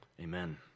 Amen